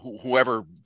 whoever